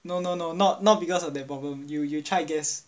no no no not not because of that problem you you try and guess